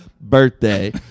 birthday